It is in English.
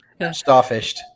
starfished